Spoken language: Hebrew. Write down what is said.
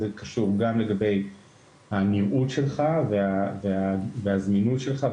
זה קשור גם לגבי הנראות שלך והזמינות שלך,